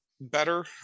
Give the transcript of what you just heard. better